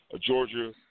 Georgia